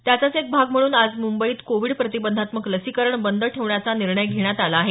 त्याचाच एक भाग म्हणून आज मुंबईत कोविड प्रतिबंधात्मक लसीकरण बंद ठेवण्याचा निर्णय घेण्यात आला आहे